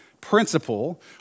principle